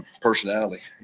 personality